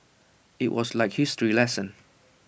IT was like history lesson